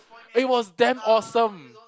it was damn awesome